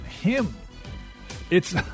him—it's